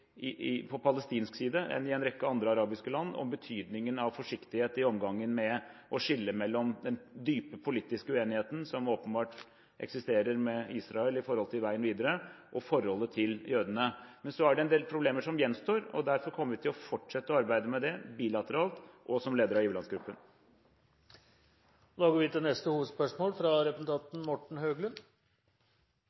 på palestinsk side enn i en rekke andre arabiske land om betydningen av forsiktighet med hensyn til å skille mellom den dype politiske uenigheten som åpenbart eksisterer med Israel når det gjelder veien videre, og forholdet til jødene. Men så er det en del problemer som gjenstår. Derfor kommer vi til å fortsette å arbeide med det bilateralt og som leder av giverlandsgruppen. Vi går videre til neste hovedspørsmål.